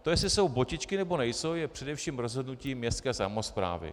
To, jestli jsou botičky, nebo nejsou, je především rozhodnutí městské samosprávy.